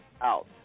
out